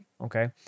Okay